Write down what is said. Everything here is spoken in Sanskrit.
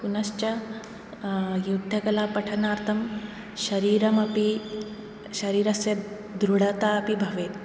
पुनश्च युद्धकला पठनार्थं शरीरमपि शरीरस्य दृढतापि भवेत्